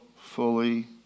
fully